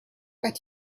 but